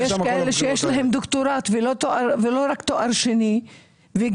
הבעיה שיש כאלה שיש להם דוקטורט ולא רק תואר שני וגם